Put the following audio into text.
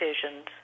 decisions